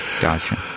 Gotcha